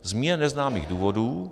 Z mně neznámých důvodů